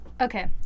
Okay